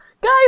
Guys